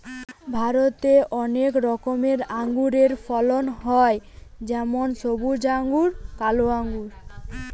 ভারতে অনেক রকমের আঙুরের ফলন হয় যেমন সবুজ আঙ্গুর, কালো আঙ্গুর